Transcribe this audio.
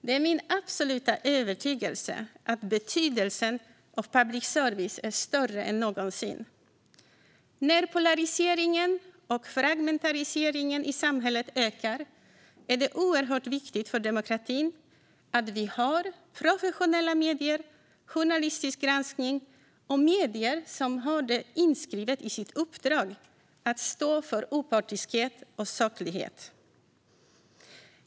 Det är min absoluta övertygelse att betydelsen av public service är större än någonsin. När polariseringen och fragmentiseringen i samhället ökar är det oerhört viktigt för demokratin att vi har professionella medier, journalistisk granskning och medier som har inskrivet i sitt uppdrag att de ska stå för opartiskhet och saklighet.